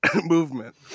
movement